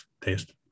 taste